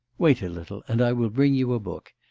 wait a little and i will bring you a book.